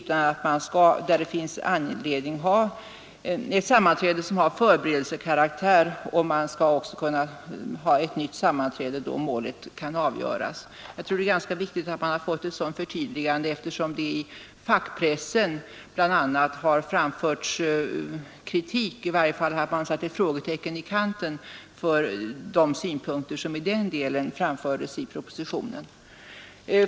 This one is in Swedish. Där det finns anledning skall man kunna ha ett sammanträde som har förberedelsekaraktär och därefter ett nytt sammanträde då målet avgörs. Jag tror att det är viktigt att vi fått ett sådant förtydligande, eftersom man bl.a. i fackpressen i varje fall satt frågetecken i kanten för de synpunkter som i den delen framförts i propositionen.